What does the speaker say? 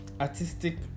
artistic